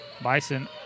Bison